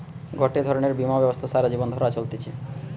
গটে ধরণের বীমা ব্যবস্থা সারা জীবন ধরে চলতিছে